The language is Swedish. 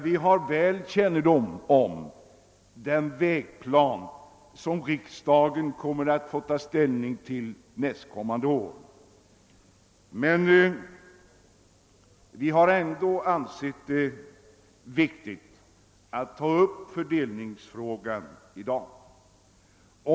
Vi har en god kännedom om den vägplan som riksdagen kommer att få ta ställning till nästkommande år. Men vi har ändå ansett det viktigt att ta upp fördelningsfrågan i dag.